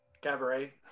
Cabaret